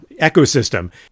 ecosystem